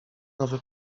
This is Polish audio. nowy